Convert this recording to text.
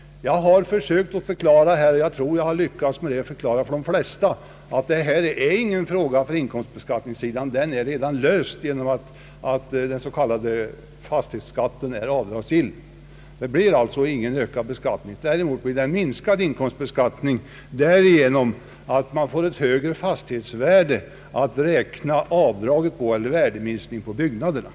Jag har försökt att förklara — och jag tror att jag har lyckats att förklara det för de flesta här — att det nu inte gäller inkomstbeskattningen. Det problemet är redan löst genom att den s.k. fastighetsskatten är avdragsgill. Det blir alltså inte någon ökad beskattning. Däremot blir det en minskad inkomstbeskattning därigenom att man får ett högre fastighetsvärde att beräkna värdeminskningsavdraget på.